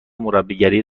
مربیگری